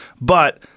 But-